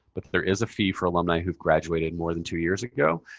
but there is a fee for alumni who've graduated more than two years ago.